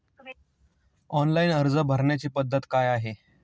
Online अर्ज भरण्याची पद्धत काय आहे?